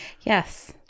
Yes